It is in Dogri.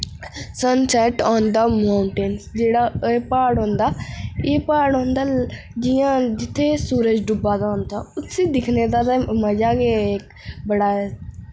सनसैट्ट आन दा माउंटेन जेह्ड़ा एह् प्हाड़ होंदा एह् प्हाड़ होंदा जि'यां जित्थै सूरज डुब्बा दा होंदा उस्सी दिक्खने दा ते मजा गै बड़ा